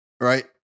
right